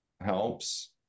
helps